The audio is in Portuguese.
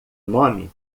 nome